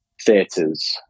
theaters